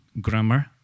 grammar